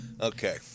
Okay